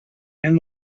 and